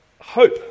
Hope